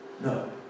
No